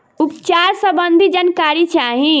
उपचार सबंधी जानकारी चाही?